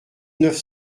neuf